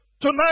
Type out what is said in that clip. Tonight